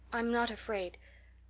i'm not afraid.